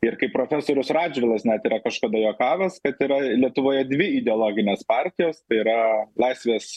ir kaip profesorius radžvilas net yra kažkada juokavęs kad yra lietuvoje dvi ideologinės partijos tai yra laisvės